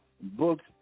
books